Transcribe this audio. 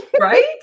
Right